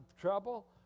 trouble